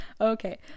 Okay